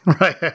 right